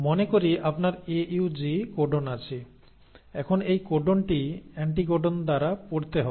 মনে করি আপনার AUG কোডন আছে এখন এই কোডনটি অ্যান্টিকোডন দ্বারা পড়তে হবে